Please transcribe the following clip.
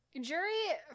Jury